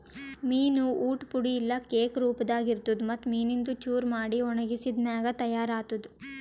ಮೀನು ಊಟ್ ಪುಡಿ ಇಲ್ಲಾ ಕೇಕ್ ರೂಪದಾಗ್ ಇರ್ತುದ್ ಮತ್ತ್ ಮೀನಿಂದು ಚೂರ ಮಾಡಿ ಒಣಗಿಸಿದ್ ಮ್ಯಾಗ ತೈಯಾರ್ ಆತ್ತುದ್